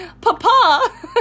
Papa